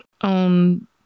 on